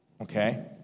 okay